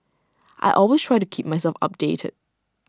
I always try to keep myself updated